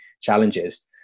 challenges